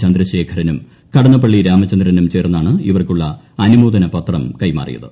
ചന്ദ്രശേഖരനും കടന്നപ്പള്ളി രാമചന്ദ്രനും ചേർന്നാണ് ഇവർക്കുള്ള അനുമോദന പത്രം കൈമാറിയത്